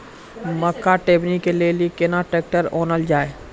मक्का टेबनी के लेली केना ट्रैक्टर ओनल जाय?